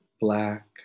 black